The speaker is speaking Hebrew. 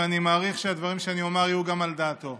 ואני מעריך שהדברים שאני אומר יהיו גם על דעתו.